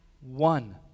one